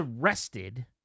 arrested